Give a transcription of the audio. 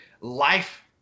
life